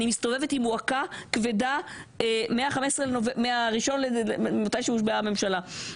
אני מסתובבת עם מועקה כבדה ממתי שהושבעה הממשלה.